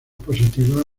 positivas